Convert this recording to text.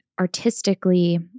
artistically